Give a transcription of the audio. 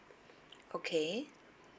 okay